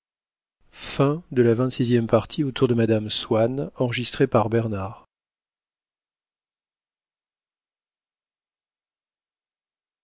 côté de mme swann